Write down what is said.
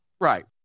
Right